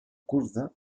kurda